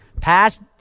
Passed